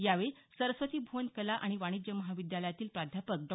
यावेळी सरस्वती भुवन कला आणि वाणिज्य महाविद्यालयातील प्राध्यापक डॉ